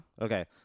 Okay